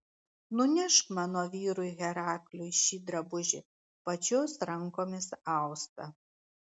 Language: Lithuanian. nunešk mano vyrui herakliui šį drabužį pačios rankomis austą